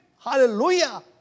Hallelujah